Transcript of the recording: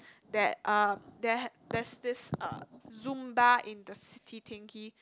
that uh there's this uh Zumba in the city thingy